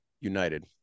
United